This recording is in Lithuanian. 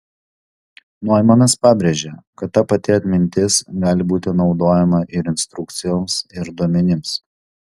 noimanas pabrėžė kad ta pati atmintis gali būti naudojama ir instrukcijoms ir duomenims